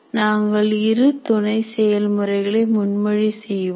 நாங்கள் இரு துணை செயல்முறைகளை முன்மொழி செய்வோம்